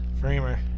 framer